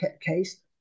case